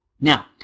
Now